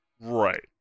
Right